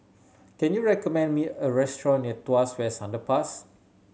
can you recommend me a restaurant near Tuas West Underpass